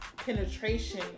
penetration